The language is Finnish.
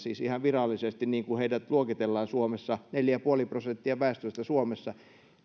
ihan virallisesti niin kuin heidät luokitellaan suomessa neljä pilkku viisi prosenttia väestöstä suomessa